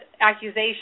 accusation